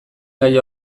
gaia